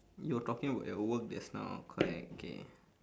you were talking about your work just now correct okay